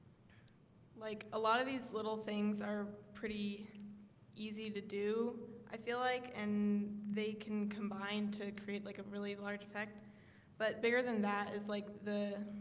like a lot of these little things are pretty easy to do i feel like and they can combine to create like a really large effect but bigger than that is like the